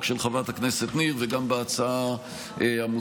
של חברת הכנסת ניר וגם בהצעה המוצמדת,